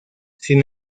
sin